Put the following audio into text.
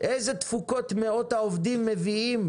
איזה תפוקות מאות העובדים מביאים?